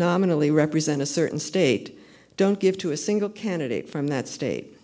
nominally represent a certain state don't give to a single candidate from that state